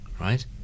right